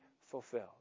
fulfilled